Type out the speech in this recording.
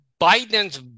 Biden's